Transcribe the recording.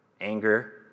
Anger